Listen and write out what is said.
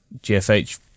GFH